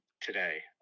today